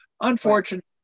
unfortunately